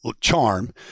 charm